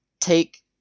take